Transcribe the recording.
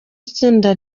itsinda